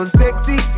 sexy